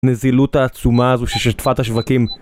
נזילות העצומה הזו ששטפה את השווקים